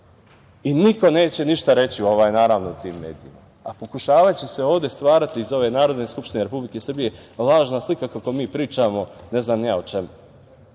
i niko neće ništa reći, naravno, u tim medijima, a pokušavaće se ovde stvarati iz ove Narodne skupštine Republike Srbije lažna slika kako mi pričamo ne znam ni ja o čemu.